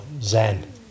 zen